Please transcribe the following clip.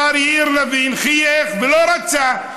השר יריב לוין חייך ולא רצה,